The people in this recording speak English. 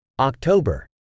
October